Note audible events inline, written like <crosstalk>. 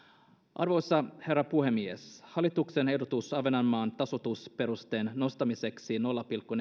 arvoisa herra puhemies hallituksen ehdotus ahvenanmaan tasoitusperusteen nostamiseksi nolla pilkku <unintelligible>